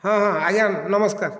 ହଁ ହଁ ଆଜ୍ଞା ନମସ୍କାର